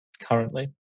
currently